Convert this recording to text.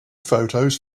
photos